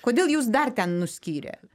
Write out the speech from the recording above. kodėl jus dar ten nuskyrė